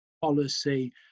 Policy